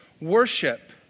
Worship